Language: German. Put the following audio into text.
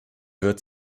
wird